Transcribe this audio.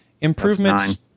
Improvements